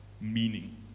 meaning